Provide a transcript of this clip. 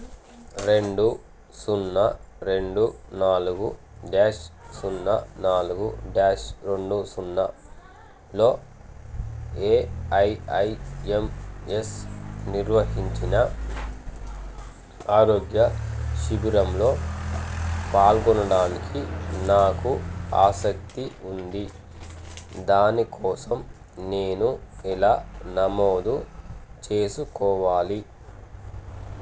రెండు సున్నా రెండు నాలుగు డ్యాష్ సున్నా నాలుగు డ్యాష్ రెండు సున్నాలో ఏఐఐఎంఎస్ నిర్వహించిన ఆరోగ్య శిబిరంలో పాల్గొనడానికి నాకు ఆసక్తి ఉంది దాని కోసం నేను ఎలా నమోదు చేసుకోవాలి